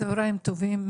צהריים טובים,